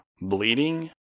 bleeding